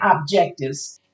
objectives